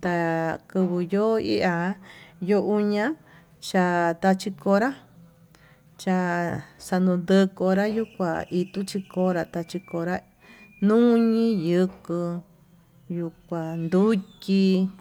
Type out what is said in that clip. ta'a kovo yo'o ihá yo'o uña cha tachí konrá cha'a xando konra yukuá ituu chi konra tachi konrá, nuñi yuku nduu kuan yuxhi.